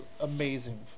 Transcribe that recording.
amazing